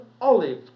olive